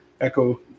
Echo